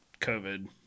COVID